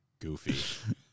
Goofy